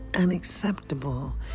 unacceptable